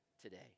today